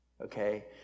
Okay